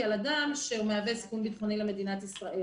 על אדם שהוא מהווה סיכון ביטחוני למדינת ישראל.